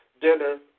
dinner